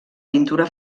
pintura